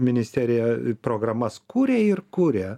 ministerija programas kūrė ir kuria